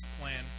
plan